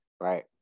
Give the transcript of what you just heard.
Right